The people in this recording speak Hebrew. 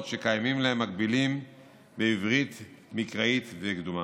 שקיימים להם מקבילים בעברית מקראית וקדומה.